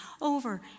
over